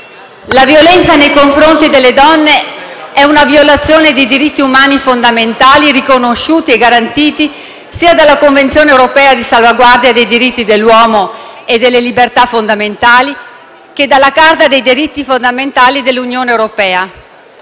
La violenza nei confronti delle donne è una violazione dei diritti umani fondamentali riconosciuti e garantiti sia dalla Convenzione europea per la salvaguardia dei diritti dell'uomo e delle libertà fondamentali, sia dalla Carta dei diritti fondamentali dell'Unione europea.